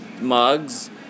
mugs